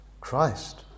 Christ